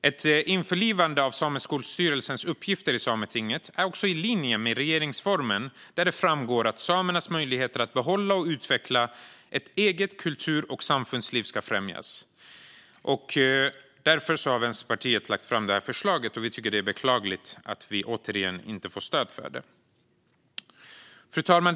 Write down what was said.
Ett införlivande av Sameskolstyrelsens uppgifter i Sametinget är också i linje med regeringsformen, där det framgår att samernas möjligheter att behålla och utveckla ett eget kultur och samfundsliv ska främjas. Därför har Vänsterpartiet lagt fram detta förslag, och vi tycker att det är beklagligt att vi återigen inte får stöd för det. Fru talman!